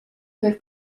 per